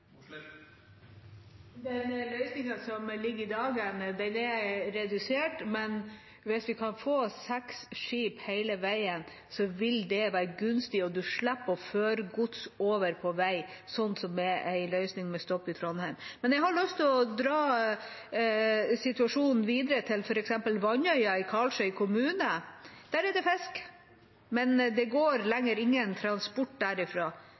er redusert. Hvis vi kan få seks skip hele veien, vil det være gunstig og man slipper å føre gods over på vei, slik løsningen er med stopp i Trondheim. Men jeg har lyst til å dra situasjonen videre til f.eks. Vannøya i Karlsøy kommune. Der er det fisk, men det går ikke lenger transport